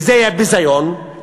וזה יהיה ביזיון, כלומר,